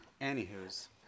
Anywho's